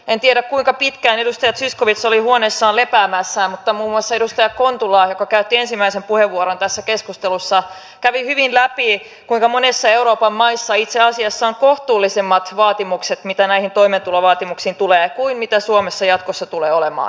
en tiedä kuinka pitkään edustaja zyskowicz oli huoneessaan lepäämässä mutta muun muassa edustaja kontula joka käytti ensimmäisen puheenvuoron tässä keskustelussa kävi hyvin läpi kuinka monessa euroopan maassa itse asiassa on kohtuullisemmat vaatimukset mitä näihin toimeentulovaatimuksiin tulee kuin mitä suomessa jatkossa tulee olemaan